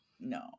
no